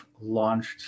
launched